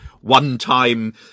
one-time